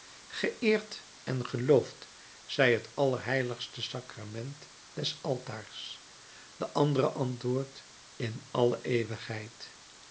geëerd en geloofd zij het allerheiligste sacrament des altaars de andere antwoordt in alle eeuwigheid